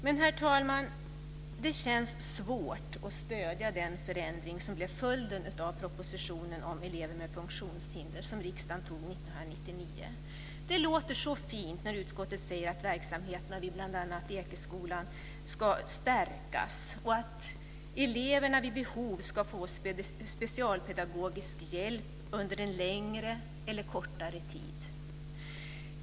Men, herr talman, det känns svårt att stödja den förändring som blev följden av propositionen om elever med funktionshinder som riksdagen fattade beslut om 1999. Det låter så fint när utskottet säger att verksamheten vid bl.a. Ekeskolan ska stärkas och att eleverna vid behov ska få specialpedagogisk hjälp under en längre eller kortare tid.